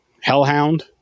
Hellhound